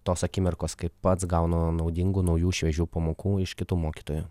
tos akimirkos kai pats gaunu naudingų naujų šviežių pamokų iš kitų mokytojų